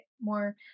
more